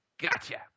Gotcha